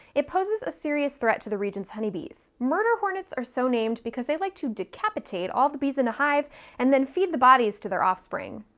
it poses a serious threat to the region's honeybees. murder hornets are so named because they like to decapitate all the bees in a hive and then feed the bodies to their offspring.